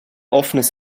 offenes